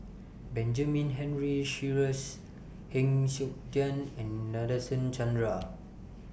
Benjamin Henry Sheares Heng Siok Tian and Nadasen Chandra